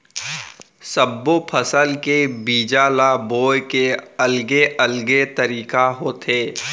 सब्बो फसल के बीजा ल बोए के अलगे अलगे तरीका होथे